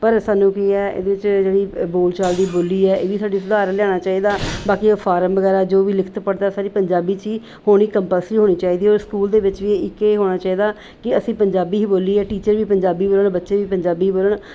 ਪਰ ਸਾਨੂੰ ਕੀ ਹੈ ਇਹਦੇ 'ਚ ਜਿਹੜੀ ਬੋਲਚਾਲ ਦੀ ਬੋਲੀ ਹੈ ਇਹ ਵੀ ਸਾਡੀ ਸੁਧਾਰ ਲਿਆਉਣਾ ਚਾਹੀਦਾ ਬਾਕੀ ਫਾਰਮ ਵਗੈਰਾ ਜੋ ਵੀ ਲਿਖਤ ਪੜ੍ਹਤ ਆ ਸਾਰੀ ਪੰਜਾਬੀ 'ਚ ਹੀ ਹੋਣੀ ਕੰਪਲਸਰੀ ਹੋਣੀ ਚਾਹੀਦੀ ਔਰ ਸਕੂਲ ਦੇ ਵਿੱਚ ਵੀ ਇੱਕ ਇਹ ਹੋਣਾ ਚਾਹੀਦਾ ਕਿ ਅਸੀਂ ਪੰਜਾਬੀ ਹੀ ਬੋਲੀਏ ਟੀਚਰ ਵੀ ਪੰਜਾਬੀ ਬੋਲਣ ਬੱਚੇ ਵੀ ਪੰਜਾਬੀ ਬੋਲਣ